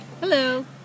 Hello